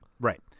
Right